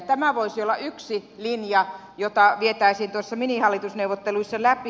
tämä voisi olla yksi linja jota vietäisiin noissa minihallitusneuvotteluissa läpi